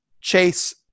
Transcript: chase